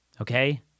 Okay